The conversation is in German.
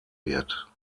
wird